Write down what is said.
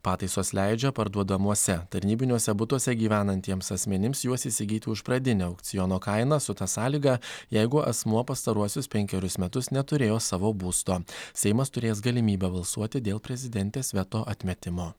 pataisos leidžia parduodamuose tarnybiniuose butuose gyvenantiems asmenims juos įsigyti už pradinę aukciono kainą su ta sąlyga jeigu asmuo pastaruosius penkerius metus neturėjo savo būsto seimas turės galimybę balsuoti dėl prezidentės veto atmetimo